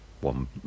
one